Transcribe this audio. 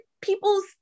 peoples